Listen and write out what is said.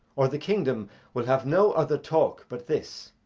or the kingdom will have no other talke but this.